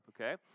okay